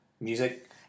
music